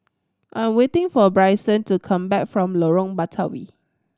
I'm waiting for Bryson to come back from Lorong Batawi